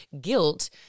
guilt